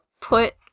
put